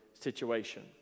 situation